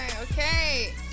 okay